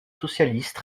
socialiste